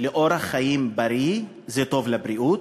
לאורח חיים בריא זה טוב לבריאות,